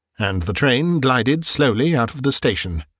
and the train glided slowly out of the station.